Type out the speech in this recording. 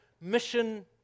Mission